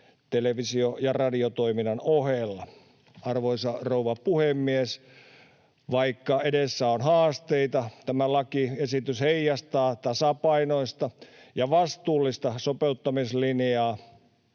televisio- ja radiotoiminnan ohella. Arvoisa rouva puhemies! Vaikka edessä on haasteita, tämä lakiesitys heijastaa tasapainoista ja vastuullista sopeuttamislinjaa.